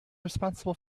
responsible